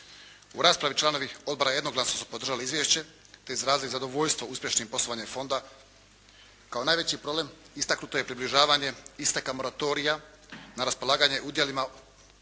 U raspravi članovi odbora jednoglasno su podržali izvješće te izrazili zadovoljstvo uspješnim poslovanjem fonda. Kao najveći problem istaknuto je približavanje isteka moratorija na raspolaganje udjelima,